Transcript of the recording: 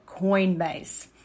Coinbase